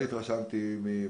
מאוד התרשמתי ממנה.